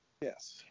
Yes